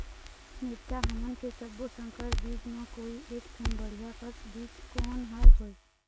मिरचा हमन के सब्बो संकर बीज म कोई एक ठन बढ़िया कस बीज कोन हर होए?